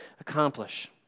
accomplish